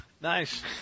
Nice